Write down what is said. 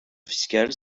fiscales